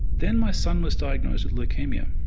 then my son was diagnosed with leukaemia.